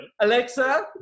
Alexa